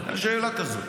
אין שאלה כזאת.